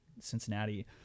Cincinnati